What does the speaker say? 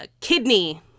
kidney